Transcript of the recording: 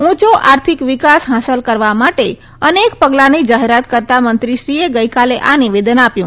ઊંચો આર્થિક વિકાસ હાંસલ કરવા માટે અનેક પગલાંની જાહેરાત કરતાં મંત્રીશ્રીએ ગઇકાલે આ નિવેદન આપ્યું